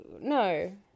No